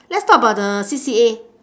let's talk about the C_C_A